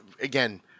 again